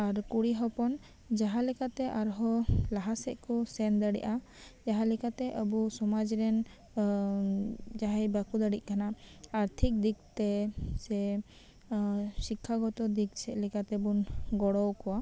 ᱟᱨ ᱠᱩᱲᱤ ᱦᱚᱯᱚᱱ ᱡᱟᱦᱟ ᱞᱮᱠᱟᱛᱮ ᱟᱨᱦᱚᱸ ᱞᱟᱦᱟ ᱥᱮᱡ ᱠᱚ ᱥᱮᱱ ᱫᱟᱲᱮᱜᱼᱟ ᱡᱟᱦᱟ ᱞᱮᱠᱟᱛᱮ ᱟᱵᱩ ᱥᱚᱢᱟᱡ ᱨᱮᱱ ᱡᱟᱦᱟᱭ ᱵᱟᱠᱩ ᱫᱟᱲᱮᱜ ᱠᱟᱱᱟ ᱟᱨᱛᱷᱤᱠ ᱫᱤᱠ ᱛᱮ ᱥᱮ ᱥᱤᱠᱷᱟ ᱜᱚᱛᱚ ᱫᱤᱠ ᱥᱮᱫ ᱞᱮᱠᱟ ᱛᱮᱵᱩᱱ ᱜᱚᱲᱚ ᱟᱠᱚᱣᱟ